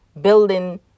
building